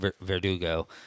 Verdugo